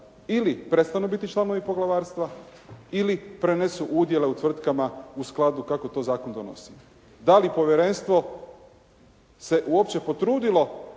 ili prestanu biti članovi poglavarstva ili prenesu udjele u tvrtkama u skladu kako to zakon donosi. Da li povjerenstvo se uopće potrudilo